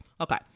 Okay